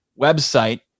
website